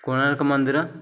କୋଣାର୍କ ମନ୍ଦିର